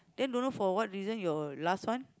then don't know for what reason your last one